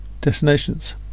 destinations